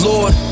Lord